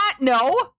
No